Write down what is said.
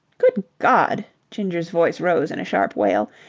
good god! ginger's voice rose in a sharp wail.